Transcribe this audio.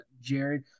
Jared